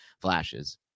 flashes